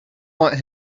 want